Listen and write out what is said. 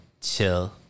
chill